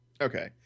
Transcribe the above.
okay